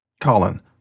Colin